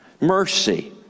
Mercy